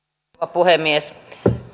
puhemies